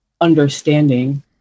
understanding